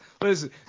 listen